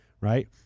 right